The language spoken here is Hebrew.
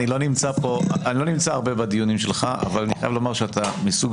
אני לא נמצא הרבה בדיונים שלך אבל אני חייב לומר שאתה מסוג